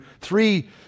three